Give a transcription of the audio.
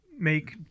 make